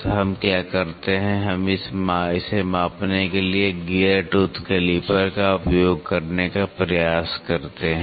तो हम क्या करते हैं कि हम इसे मापने के लिए गियर टूथ कैलिपर का उपयोग करने का प्रयास करते हैं